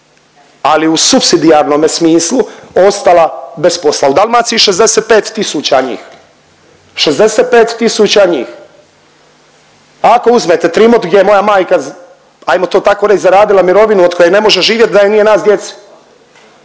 ali u supsidijarnome smislu ostala bez posla, u Dalmaciji 65 tisuća njih, 65 tisuća njih. Ako izmete Trimot gdje je moja majka ajmo to tako reć zaradila mirovinu od koje ne može živjet da joj nije nas djece